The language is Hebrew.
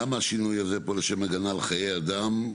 למה השינוי הזה פה "לשם הגנה לחיי אדם",